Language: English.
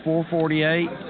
448